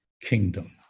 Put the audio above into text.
kingdom